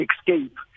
escape